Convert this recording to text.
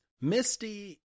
Misty